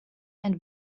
and